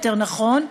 יותר נכון,